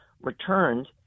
returned